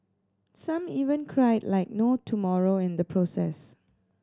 some even cried like no tomorrow in the process